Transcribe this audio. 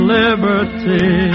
liberty